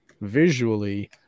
visually